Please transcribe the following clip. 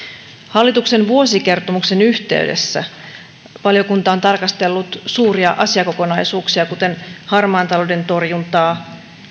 hallituksen vuosikertomuksen yhteydessä valiokunta on tarkastellut suuria asiakokonaisuuksia kuten harmaan talouden torjuntaa